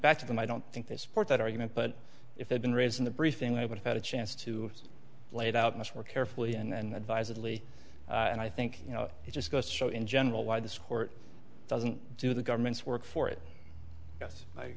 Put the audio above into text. back to them i don't think they support that argument but if they'd been raised in the briefing i would have had a chance to lay it out much more carefully and advisedly and i think you know it just goes to show in general why this court doesn't do the government's work for it yes i